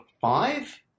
five